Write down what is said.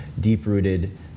deep-rooted